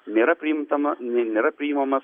nėra priimtama ne nėra priimamas